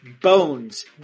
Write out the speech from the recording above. bones